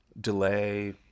delay